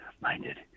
minded